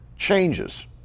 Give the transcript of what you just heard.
changes